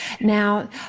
now